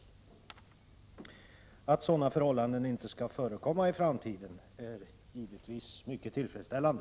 Beskedet att sådana förhållanden inte skall förekomma i framtiden är givetvis mycket tillfredsställande.